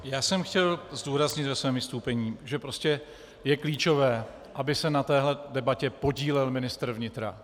Já jsem chtěl zdůraznit ve svém vystoupení, že prostě je klíčové, aby se na téhle debatě podílel ministr vnitra.